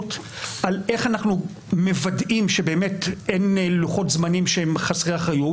הפרקליטות על איך אנחנו מוודאים שבאמת אין לוחות זמנים שהם חסרי אחריות.